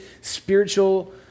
spiritual